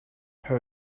her